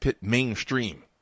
mainstream